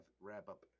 wrap-up